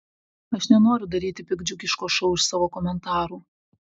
aš nenoriu daryti piktdžiugiško šou iš savo komentarų